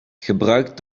gebruik